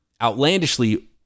outlandishly